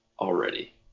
already